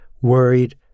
worried